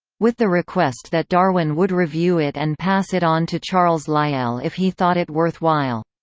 with the request that darwin would review it and pass it on to charles lyell if he thought it worthwhile.